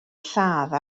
lladd